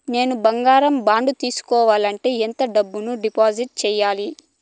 నేను బంగారం బాండు తీసుకోవాలంటే ఎంత డబ్బును డిపాజిట్లు సేయాలి?